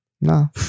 no